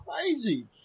crazy